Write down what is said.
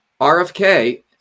RFK